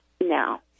No